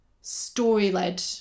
story-led